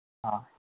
ꯑꯥ